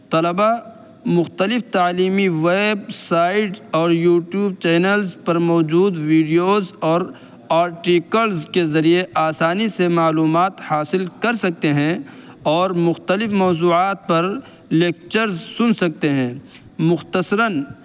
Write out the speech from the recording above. طلباء مختلف تعلیمی ویبسائٹ اور یوٹیوب چینلز پر موجود ویڈیوز اور آرٹیکلز کے ذریعے آسانی سے معلومات حاصل کر سکتے ہیں اور مختلف موضوعات پر لیکچرز سن سکتے ہیں مختصراً